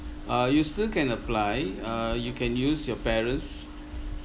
uh you still can apply uh you can use your parents